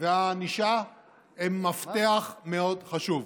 והענישה הן מפתח מאוד חשוב.